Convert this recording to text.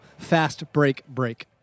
FASTBREAKBREAK